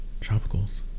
Tropicals